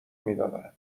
میدادن